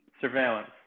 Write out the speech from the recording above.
surveillance